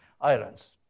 Islands